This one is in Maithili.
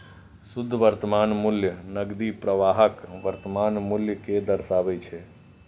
शुद्ध वर्तमान मूल्य नकदी प्रवाहक वर्तमान मूल्य कें दर्शाबै छै